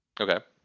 Okay